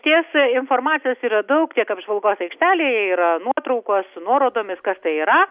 tiesa informacijos yra daug tiek apžvalgos aikštelė yra nuotraukos su nuorodomis kas tai yra